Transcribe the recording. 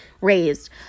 raised